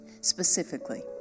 specifically